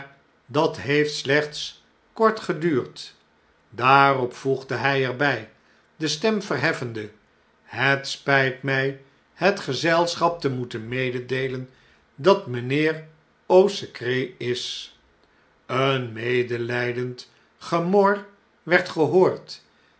dat heeft sleehts kort geduurd daarop voegde hjj er bg de stem verheffende het spijt my het gezelschap te moeten mededeelen dat mijnheer a u secret is een medeljjdend gemor werd gehoord